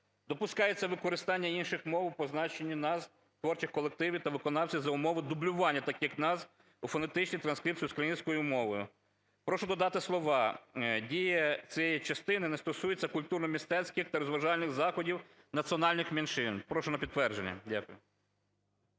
допускається використання інших мов у позначенні назв творчих колективів та виконавців за умови дублювання таких назв у фонетичній транскрипції українською мовою". Прошу додати слова "Дія цієї частини не стосується культурно-мистецьких та розважальних заходів національних меншин". Прошу на підтвердження. Дякую.